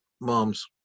mom's